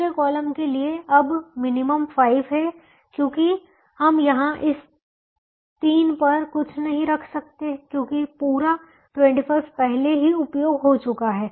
दूसरे कॉलम के लिए अब मिनिमम 5 है क्योंकि हम यहां इस 3 पर कुछ नहीं रख सकते क्योंकि पूरा 25 पहले ही उपयोग हो चुका है